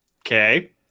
Okay